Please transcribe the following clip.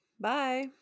Bye